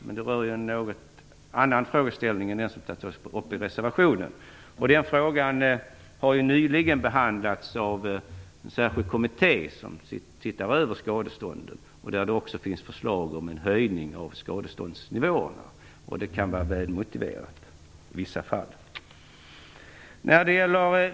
Men det rör en något annan frågeställning än den som tas upp i reservationen. Den frågan har nyligen behandlats av en särskild kommitté som tittar över skadestånden. Där finns det också förslag om en höjning av skadeståndsnivån. Det kan vara väl motiverat i vissa fall.